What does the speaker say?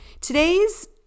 Today's